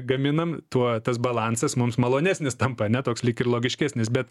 gaminam tuo tas balansas mums malonesnis tampa ane toks lyg ir logiškesnis bet